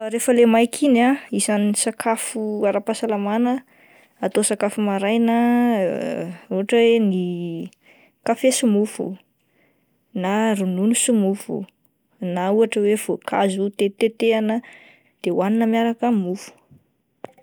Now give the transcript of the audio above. Rehefa ilay maika iny ah isan'ny sakafo aram-pahasalamana atao sakafo maraina ohatra hoe ny kafe sy mofo, na ronono sy mofo na ohatra hoe voankazo tetitetehina dia hoanina miaraka amin'ny mofo.